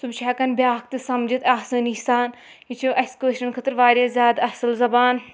سُہ چھِ ہٮ۪کان بیٛاکھ تہِ سَمجِتھ آسٲنی سان یہِ چھِ اَسہِ کٲشرٮ۪ن خٲطرٕ واریاہ زیادٕ اَصٕل زَبان